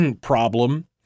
problem